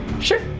Sure